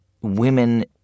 women